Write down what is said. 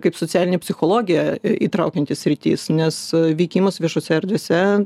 kaip socialinė psichologija įtraukianti sritis nes veikimas viešose erdvėse